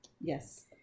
Yes